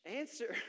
answer